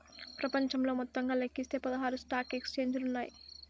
ప్రపంచంలో మొత్తంగా లెక్కిస్తే పదహారు స్టాక్ ఎక్స్చేంజిలు ఉన్నాయి